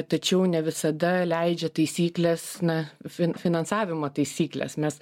tačiau ne visada leidžia taisykles na fi finansavimo taisyklės mes